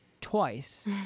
twice